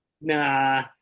Nah